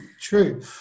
true